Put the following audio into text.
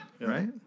right